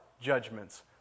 judgments